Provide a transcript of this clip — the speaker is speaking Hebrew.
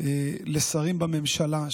לשרים בממשלה,